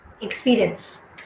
experience